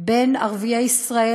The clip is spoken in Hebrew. בין ערביי ישראל,